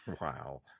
Wow